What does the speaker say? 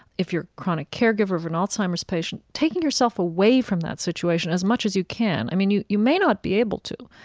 if you're a chronic caregiver of an alzheimer's patient, taking yourself away from that situation as much as you can. i mean, you you may not be able to,